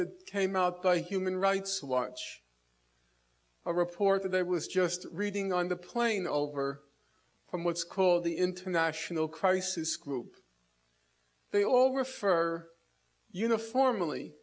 that came out by human rights watch a report that there was just reading on the plane over from what's called the international crisis group they all refer uniform